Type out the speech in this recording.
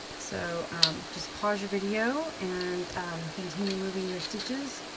so just pause your video, and continue moving your stitches.